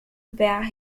where